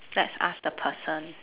let's ask the person